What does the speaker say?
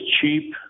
cheap